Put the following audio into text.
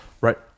Right